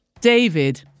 David